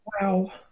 Wow